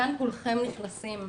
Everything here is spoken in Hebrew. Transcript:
כאן כולכם נכנסים.